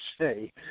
say